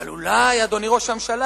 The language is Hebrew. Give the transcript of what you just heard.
אבל אולי, אדוני ראש הממשלה,